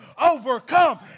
overcome